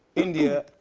india.